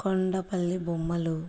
కొండపల్లి బొమ్మలు